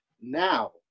now